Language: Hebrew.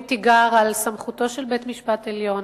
תיגר על סמכותו של בית-המשפט העליון,